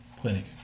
clinic